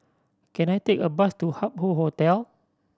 can I take a bus to Hup Hoe Hotel